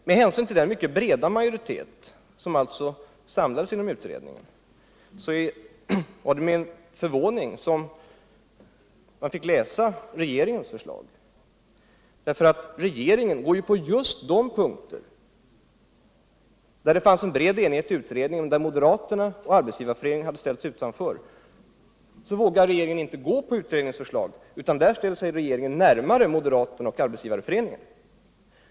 Med hänsyn till den mycket breda majoritet som slutit upp bakom utredningens förslag var det med förvåning jag läste regeringens förslag. På de punkter där moderaterna och Arbetsgivareföreningen motsatt sig utredningens förslag vågar regeringen inte gå på utredningens förslag, utan där närmar sig regeringen moderaterna och Arbetsgivareföreningen.